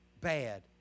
bad